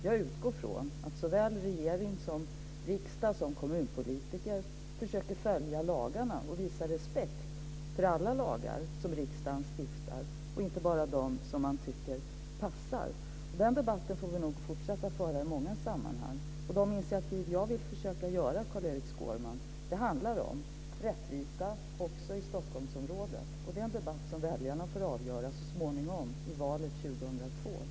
Jag utgår från att såväl regering som riksdag och kommunpolitiker försöker följa lagarna och visa respekt för alla lagar som riksdagen stiftar och inte bara för dem som man tycker passar. Den här debatten får vi nog fortsätta att föra i många sammanhang. De initiativ som jag vill försöka ta, Carl-Erik Skårman, handlar om rättvisa också i Stockholmsområdet. Det är en fråga som väljarna får avgöra så småningom i valet 2002.